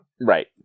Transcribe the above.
Right